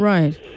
Right